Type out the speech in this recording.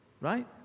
right